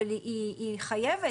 אבל היא חייבת,